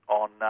on